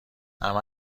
همه